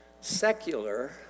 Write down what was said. secular